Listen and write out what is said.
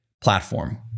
platform